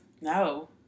No